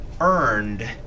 earned